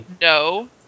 No